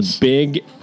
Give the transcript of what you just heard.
big